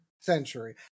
century